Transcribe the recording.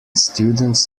students